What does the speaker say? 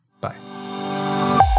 bye